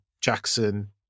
Jackson